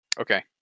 Okay